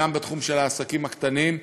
גם בתחום של העסקים הקטנים,